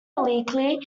leaky